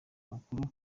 mukuru